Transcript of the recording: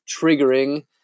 triggering